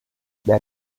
that